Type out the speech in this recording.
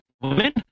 women